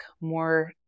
more